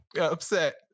Upset